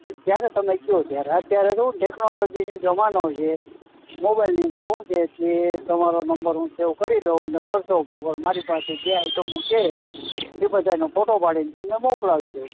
જ્યારે તમે કહો ત્યારે અત્યારે તો હું ટેક્નોલોજીની જમાનો છે મોબાઈલની અંદર હું છે કે તમારો નંબર હું સેવ કરી લઉં ને વોટ્સઅપ ઉપર મારી પાસે જે આઇટમો છે એ બધાંયનો ફોટો પાડીને તમને મોકલાવી દઉં